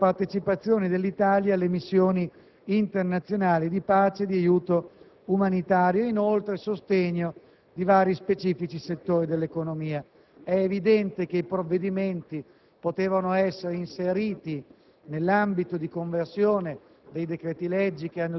eterogenei, come la garanzia della partecipazione dell'Italia alle missioni internazionali di pace e di aiuto umanitario e il sostegno a vari specifici settori dell'economia. È evidente che tali norme potevano essere inserite